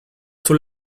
too